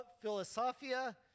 Philosophia